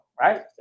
right